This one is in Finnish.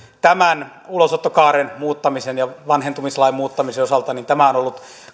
tämän ulosottokaaren muuttamisen ja vanhentumislain muuttamisen osalta on on ollut